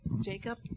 Jacob